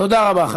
תודה רבה.